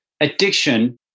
addiction